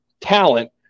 talent